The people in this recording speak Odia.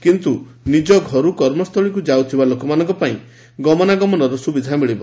କିନ୍ତୁ ନିକ ଘରୁ କର୍ମସ୍ଥଳୀକୁ ଯାଉଥିବା ଲୋକମାନଙ୍କ ପାଇଁ ଗମନାଗମନର ସୁବିଧା ମିଳିବ